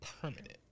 permanent